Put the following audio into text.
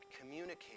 communicate